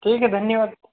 ठीक है धन्यवाद